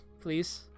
please